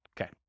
Okay